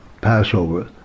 Passover